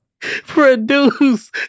Produce